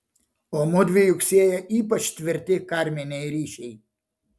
o mudvi juk sieja ypač tvirti karminiai ryšiai